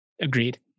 Agreed